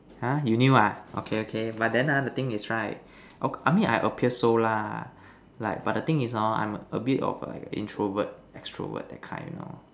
ha you knew ah okay okay but then ha the thing is right I mean I appear so lah but the thing is hor I'm a bit of an introvert extrovert that kind you know